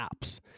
apps